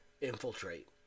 infiltrate